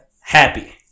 Happy